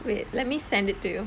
wait let me send it to you